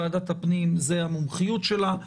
ועדת הפנים זו המומחיות שלה,